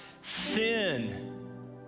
sin